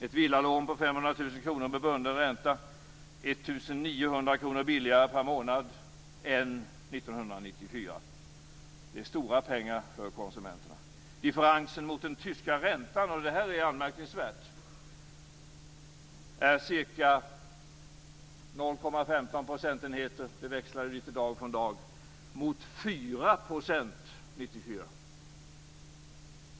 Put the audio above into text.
Ett villalån på 500 000 kr med bunden ränta är i dag 1 900 kr billigare per månad än 1994. Det är stora pengar för konsumenterna. Anmärkningsvärt är att differensen mot den tyska räntan är ca 0,15 procentenheter - det växlar från dag till dag - mot 4 procentenheter 1994.